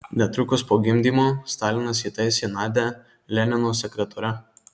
netrukus po gimdymo stalinas įtaisė nadią lenino sekretore